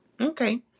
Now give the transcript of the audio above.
Okay